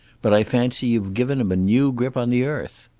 but i fancy you've given him a new grip on the earth.